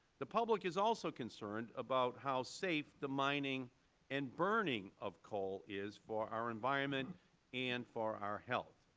the public is also concerned about how safe the mining and burning of coal is for our environment and for our health.